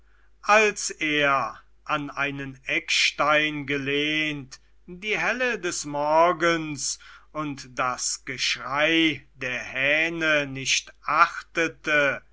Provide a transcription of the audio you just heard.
als er an einen eckstein gelehnt die helle des morgens und das geschrei der hähne nicht achtete